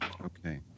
okay